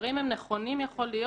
הדברים הם נכונים, יכול להיות,